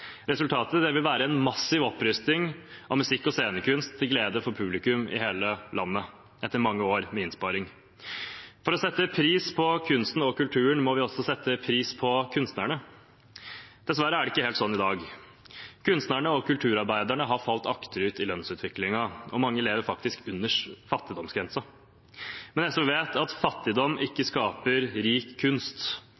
Resultatet vil være en massiv opprusting av musikk- og scenekunst, til glede for publikum i hele landet – etter mange år med innsparing. For å sette pris på kunsten og kulturen må vi også sette pris på kunstnerne. Dessverre er det ikke helt sånn i dag. Kunstnerne og kulturarbeiderne har sakket akterut i lønnsutviklingen. Mange lever faktisk under fattigdomsgrensen. SV vet at fattigdom ikke